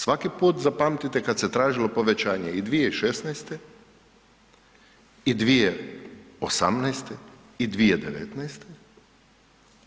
Svaki put zapamtite kad se tražilo povećanje i 2016. i 2018. i 2019.